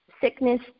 sickness